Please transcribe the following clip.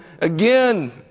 again